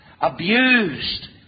abused